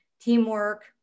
teamwork